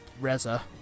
Reza